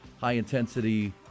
high-intensity